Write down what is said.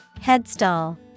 Headstall